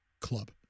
club